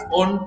on